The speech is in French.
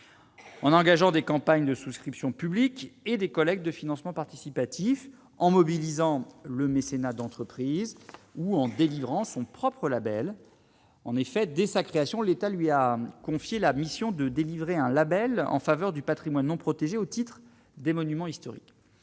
en engageant des campagnes de souscription publique et des collègues de financement participatif en mobilisant le mécénat d'entreprise ou en délivrant son propre Label, en effet, dès sa création, l'État lui a confié la mission de délivrer un Label en faveur du Patrimoine non protégé au titre des Monuments historiques,